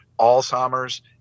Alzheimer's